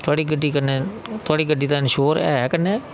थुहाड़ी गड्डी कन्नै थुहाड़ी गड्डी दा इंश्योर ऐ कन्नै